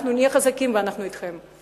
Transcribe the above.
אנחנו נהיה חזקים, ואנחנו אתכם.